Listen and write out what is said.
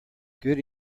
good